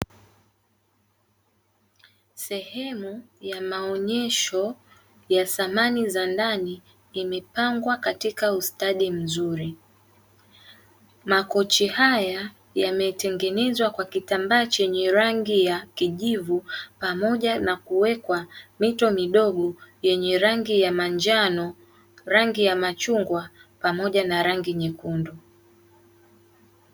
Sehemu ya maonyesho ya samani za ndani imepangwa katika ustadi mzuri. Makochi haya yametengenezwa kwa kitambaa chenye rangi ya kijivu pamoja na kuwekwa mito midogo yenye rangi ya manjano, rangi ya machungwa pamoja na rangi nyekundu.